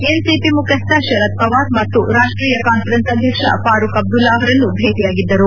N CP ಮುಖ್ಯಸ್ಥ ಶರದ್ ಪವಾರ್ ಮತ್ತು ರಾಷ್ಟೀಯ ಕಾನ್ವರೆನ್ಸ್ನ ಅಧ್ಯಕ್ಷ ಫಾರೂಕ್ ಅಬ್ದುಲ್ಲಾ ಅವರನ್ನು ಭೇಟಿಯಾಗಿದ್ದರು